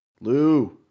Lou